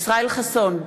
ישראל חסון,